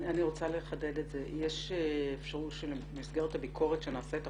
אני רוצה לחדד את זה: יש אפשרות שבמסגרת הביקורת שנעשית עכשיו,